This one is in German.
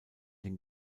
den